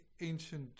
ancient